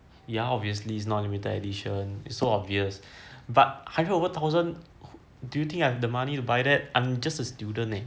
ya obviously it's not limited edition it's so obvious but hundred over thousand do you think I have the money to buy that I'm just as student leh